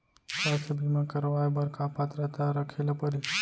स्वास्थ्य बीमा करवाय बर का पात्रता रखे ल परही?